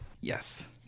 Yes